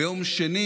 ביום שני,